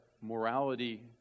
morality